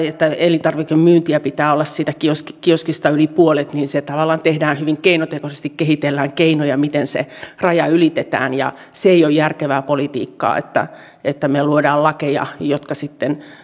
että elintarvikemyyntiä pitää olla siitä kioskista yli puolet se tavallaan tehdään hyvin keinotekoisesti kehitellään keinoja miten se raja ylitetään ja se ei ole järkevää politiikkaa että että me luomme lakeja jotka sitten